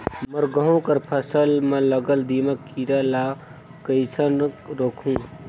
मोर गहूं कर फसल म लगल दीमक कीरा ला कइसन रोकहू?